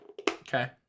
okay